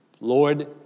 Lord